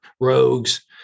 Rogues